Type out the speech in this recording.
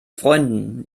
freunden